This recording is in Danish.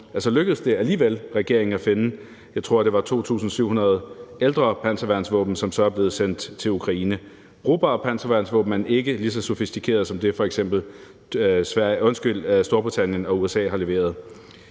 lykkedes regeringen at finde, jeg tror det var 2.700 ældre panserværnsvåben, som så er blevet sendt til Ukraine – brugbare panserværnsvåben, men ikke lige så sofistikerede som det, som f.eks. Storbritannien og USA har leveret.